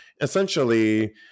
Essentially